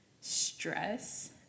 stress